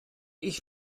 ich